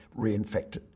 reinfected